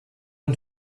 une